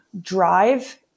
drive